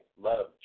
love